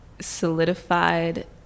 solidified